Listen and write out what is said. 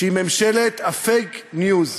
שהיא ממשלת fake news,